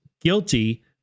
guilty